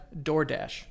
DoorDash